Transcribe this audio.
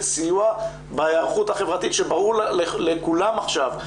בהערכות החברתית שברור לכולם עכשיו,